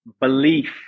belief